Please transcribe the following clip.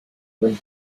when